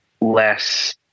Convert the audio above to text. less